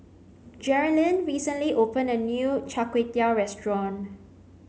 Geralyn recently opened a new Chai Tow Kuay restaurant